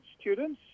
students